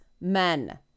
men